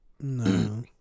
No